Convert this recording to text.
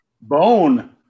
Bone